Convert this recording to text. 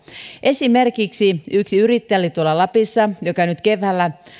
esimerkiksi lapissa oli yksi yrittäjä joka nyt keväällä